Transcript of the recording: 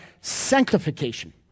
sanctification